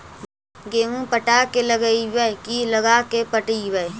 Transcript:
गेहूं पटा के लगइबै की लगा के पटइबै?